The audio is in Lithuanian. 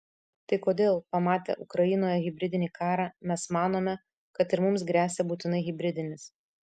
tai kodėl pamatę ukrainoje hibridinį karą mes manome kad ir mums gresia būtinai hibridinis